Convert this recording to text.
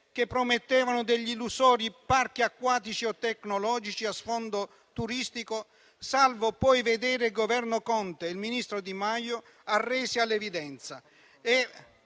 che promettevano illusori parchi acquatici o tecnologici a sfondo turistico, salvo poi vedere il Governo Conte e il ministro Di Maio arrendersi all'evidenza.